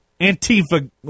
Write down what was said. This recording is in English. Antifa